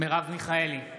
מרב מיכאלי,